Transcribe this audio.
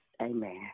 Amen